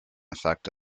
effect